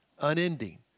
unending